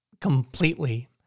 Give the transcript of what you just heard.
completely